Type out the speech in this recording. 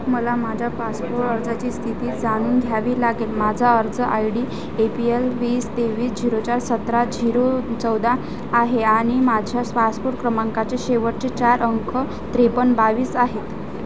मला माझ्या पासपोर्ट अर्जाची स्थिती जाणून घ्यावी लागेल माझा अर्ज I D A P L वीस तेवीस झिरो चार सतरा झिरो चौदा आहे आणि माझ्या पासपोर्ट क्रमांकाचे शेवटचे चार अंक त्रेपन बावीस आहेत